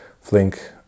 Flink